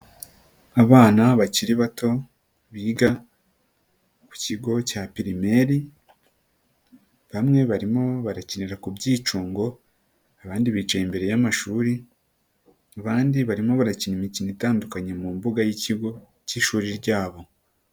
Abana bakiri bato biga ku kigo cya primairi, bamwe barimo barakinira ku byicungo, abandi bicaye imbere y'amashuri, abandi barimo barakina imikino itandukanye mu mbuga y'ikigo cy'ishuri ryabo.